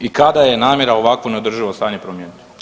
I kada je namjera ovakvo neodrživo stanje promijeniti?